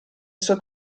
sue